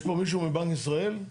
יש פה מישהו מבנק ישראל?